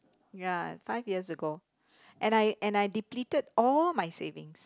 ya five years ago and I and I depleted all my savings